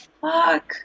fuck